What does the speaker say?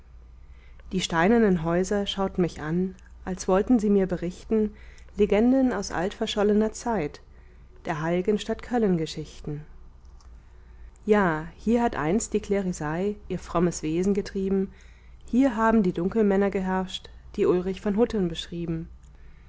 die steinernen häuser schauten mich an als wollten sie mir berichten legenden aus altverschollener zeit der heil'gen stadt köllen geschichten ja hier hat einst die klerisei ihr frommes wesen getrieben hier haben die dunkelmänner geherrscht die ulrich von hutten beschrieben